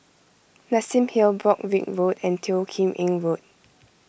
Nassim Hill Broadrick Road and Teo Kim Eng Road